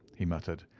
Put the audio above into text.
he muttered.